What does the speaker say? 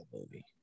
movie